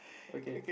okay